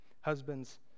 Husbands